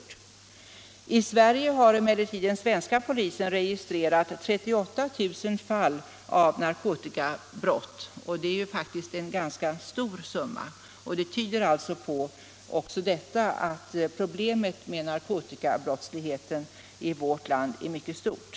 Här i Sverige har polisen enligt uppgift registrerat 38 000 fall av narkotikabrott, och det är faktiskt ganska mycket. Problemet med narkotikabrottsligheten i vårt land är sådeles oerhört stort.